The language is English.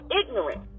ignorant